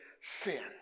sin